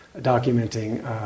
documenting